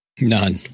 None